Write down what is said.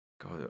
god